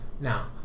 now